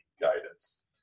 guidance